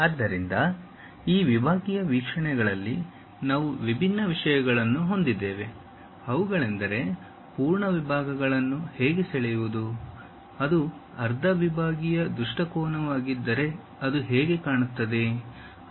ಆದ್ದರಿಂದ ಈ ವಿಭಾಗೀಯ ವೀಕ್ಷಣೆಗಳಲ್ಲಿ ನಾವು ವಿಭಿನ್ನ ವಿಷಯಗಳನ್ನು ಹೊಂದಿದ್ದೇವೆ ಅವುಗಳೆಂದರೆ ಪೂರ್ಣ ವಿಭಾಗಗಳನ್ನು ಹೇಗೆ ಸೆಳೆಯುವುದು ಅದು ಅರ್ಧ ವಿಭಾಗೀಯ ದೃಷ್ಟಿಕೋನವಾಗಿದ್ದರೆ ಅದು ಹೇಗೆ ಕಾಣುತ್ತದೆ